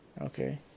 Okay